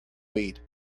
weed